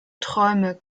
träume